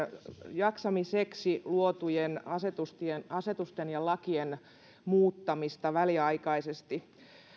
jaksamiseksi luotujen asetusten asetusten ja lakien muuttamista väliaikaisesti